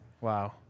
Wow